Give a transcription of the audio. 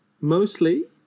Mostly